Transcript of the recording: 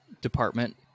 department